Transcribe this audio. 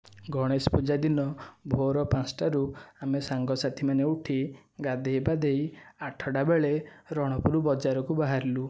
ଗଣେଶ ପୂଜା ଦିନ ଭୋର ପାଞ୍ଚଟାରୁ ଆମେ ସାଙ୍ଗସାଥି ମାନେ ଉଠି ଗାଧୋଇ ପାଧୋଇ ଆଠଟା ବେଳେ ରଣପୁର ବଜାରକୁ ବାହାରିଲୁ